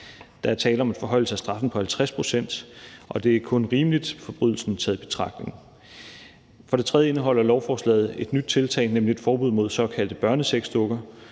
Der er tale om en forhøjelse af straffen på 50 pct., og det er kun rimeligt forbrydelsen taget betragtning. For det tredje indeholder lovforslaget et nyt tiltag, nemlig et forbud mod såkaldte børnesexdukker.